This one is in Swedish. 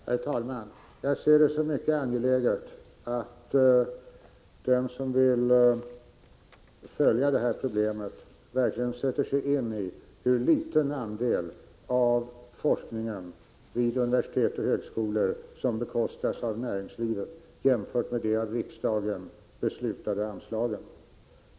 Herr talman! Jag ser det som mycket angeläget att den som vill följa detta problem verkligen sätter sig in i hur liten andel av forskningen vid universitet och högskolor som bekostas av näringslivet jämfört med de av riksdagen beslutade anslagen.